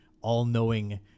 all-knowing